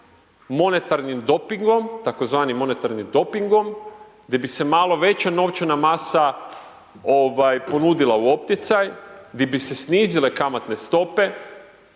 monetarnim dopingom, tako zvanim monetarnim dopingom, gdje bi se malo veća novčana masa, ovaj, ponudila u opticaj, gdi bi se snizile kamatne stope,